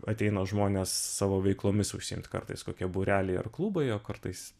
ateina žmonės savo veiklomis užsiimt kartais kokie būreliai ar klubai o kartais